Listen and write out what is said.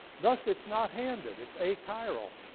thus it's not handed, it's achiral.